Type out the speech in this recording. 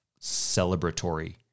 celebratory